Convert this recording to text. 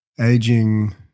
aging